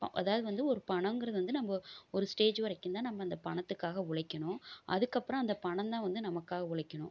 அதாவது வந்து ஒரு பணங்கிறது வந்து நம்ப ஒரு ஸ்டேஜ் வரைக்கும் தான் நம்ம அந்த பணத்துக்காக உழைக்கணும் அதற்கப்றோம் அந்த பணம் தான் வந்து நமக்காக உழைக்கணும்